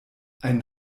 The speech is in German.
ein